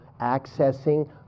accessing